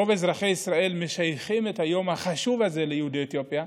רוב אזרחי ישראל משייכים את היום החשוב הזה ליהודי אתיופיה,